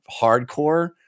hardcore